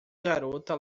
garota